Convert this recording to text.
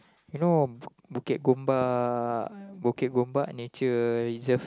you know Bukit-Gombak Bukit-Gombak nature reserve